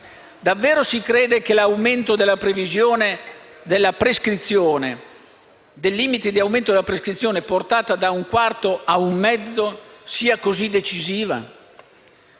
Davvero si crede che l'aumento dei limiti della prescrizione, portata da un quarto a un mezzo, sia così decisiva?